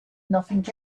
nothing